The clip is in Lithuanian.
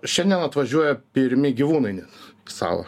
šiandien atvažiuoja pirmi gyvūnai net į salą